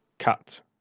cut